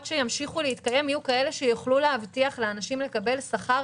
שימשיכו להתקיים יהיו כאלה שיוכלו להבטיח לאנשים לקבל שכר